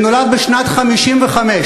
שנולד בשנת 1955,